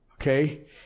okay